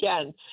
again